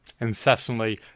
incessantly